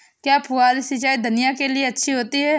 क्या फुहारी सिंचाई धनिया के लिए अच्छी होती है?